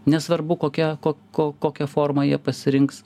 nesvarbu kokia ko ko kokią formą jie pasirinks